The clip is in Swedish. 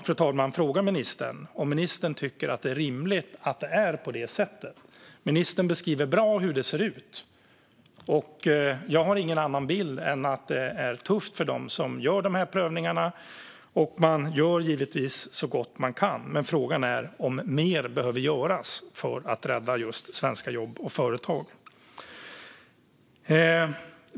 Det jag frågar ministern är om han tycker att det är rimligt att det är på det här sättet. Ministern beskriver bra hur det ser ut. Jag har ingen annan bild än att det är tufft för dem som gör de här prövningarna, och de gör givetvis så gott de kan. Men frågan är om mer behöver göras för att rädda just svenska jobb och företag.